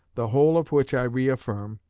the whole of which i reaffirm,